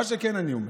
מה שכן אני אומר,